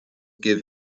give